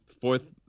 fourth